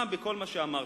מה בכל מה שאמרתם,